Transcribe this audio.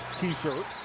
t-shirts